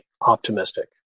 optimistic